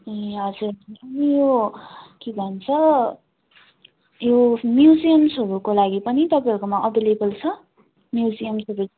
ए हजुर अनि यो के भन्छ म्युजियम्सहरूको लागि पनि तपाईँहरूकोमा अभाइलेवल छ म्युजियम्सहरू